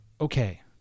okay